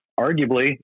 Arguably